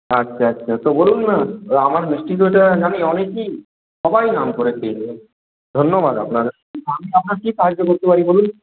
আচ্ছা আচ্ছা তো বলুন না আমার মিষ্টি দইটা জানি অনেকেই সবাই নাম করে খেয়ে নেয় ধন্যবাদ আপনাকে আমি আপনার কী সাহায্য করতে পারি বলুন